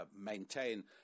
maintain